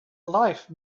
life